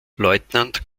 lieutenant